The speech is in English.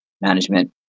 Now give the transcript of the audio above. Management